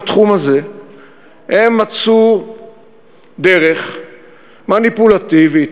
בתחום הזה הם מצאו דרך מניפולטיבית,